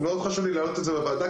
מאוד חשוב לי להעלות את זה בוועדה,